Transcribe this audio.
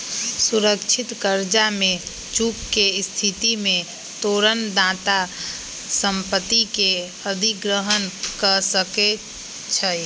सुरक्षित करजा में चूक के स्थिति में तोरण दाता संपत्ति के अधिग्रहण कऽ सकै छइ